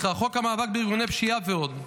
חוק המאבק בארגוני פשיעה ועוד.